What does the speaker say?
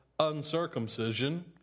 uncircumcision